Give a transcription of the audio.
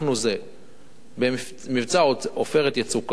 במבצע "עופרת יצוקה",